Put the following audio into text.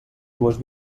dues